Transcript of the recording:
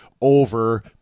over